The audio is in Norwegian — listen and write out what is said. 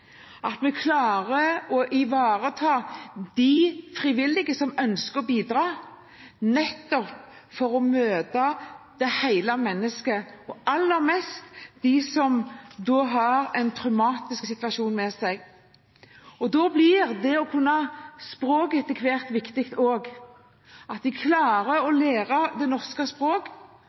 at vi klarer å ivareta de frivillige som ønsker å bidra, nettopp for å møte hele mennesket, og aller mest dem som har traumatiske opplevelser med seg. Da blir det å kunne språket etter hvert viktig også, at de klarer å